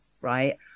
right